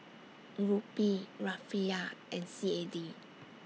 Rupee Rufiyaa and C A D